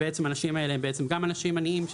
האנשים האלה הם בעצם גם אנשים עניים,